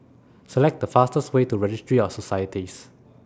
Select The fastest Way to Registry of Societies